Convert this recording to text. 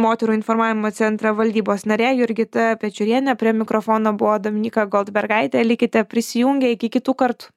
moterų informavimo centrą valdybos narė jurgita pečiūrienė prie mikrofono buvo dominyka goldbergaitė likite prisijungę iki kitų kartų